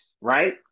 right